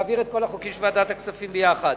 להעביר את כל החוקים של ועדת הכספים יחד.